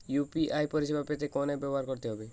UPI পরিসেবা পেতে কোন অ্যাপ ব্যবহার করতে হবে?